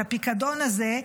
את הפיקדון הזה,